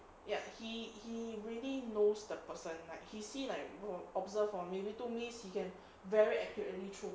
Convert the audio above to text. ya he he already knows the person like he see like were observed for maybe two minutes he can very accurately throw